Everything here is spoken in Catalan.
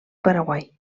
paraguai